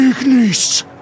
Ignis